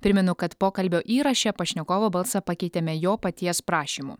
primenu kad pokalbio įraše pašnekovo balsą pakeitėme jo paties prašymu